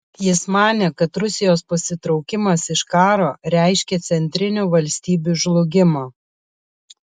jis manė kad rusijos pasitraukimas iš karo reiškia centrinių valstybių žlugimą